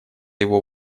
его